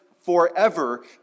forever